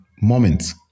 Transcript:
moments